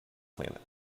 planet